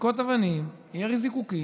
זריקות אבנים וירי זיקוקים,